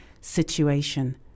situation